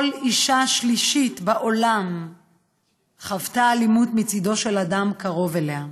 כל אישה שלישית בעולם חוותה אלימות מצידו של אדם קרוב אליה.